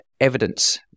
evidence